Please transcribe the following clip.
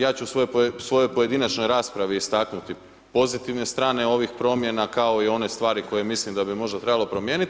Ja ću u svojoj pojedinačnoj raspravi istaknuti pozitivne strane ovih promjena, kao i one stvari koje mislim da bi možda trebalo promijeniti.